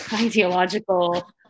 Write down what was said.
ideological